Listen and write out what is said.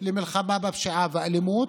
תוכנית למלחמה בפשיעה והאלימות,